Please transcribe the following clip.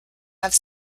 have